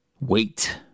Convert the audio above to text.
wait